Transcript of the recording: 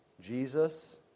Jesus